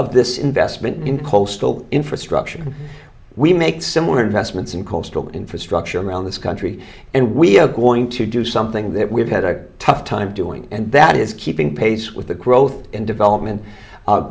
of this investment in coastal infrastructure we make similar investments in coastal infrastructure around this country and we are going to do something that we have had a tough time doing and that is keeping pace with the growth and development